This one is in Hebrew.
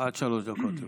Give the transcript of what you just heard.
עד שלוש דקות לרשותך.